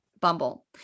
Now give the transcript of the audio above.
Bumble